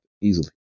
easily